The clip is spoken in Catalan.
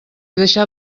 deixat